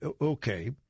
Okay